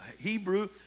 Hebrew